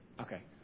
Okay